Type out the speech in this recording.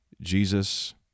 Jesus